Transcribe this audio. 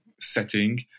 setting